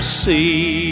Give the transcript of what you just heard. see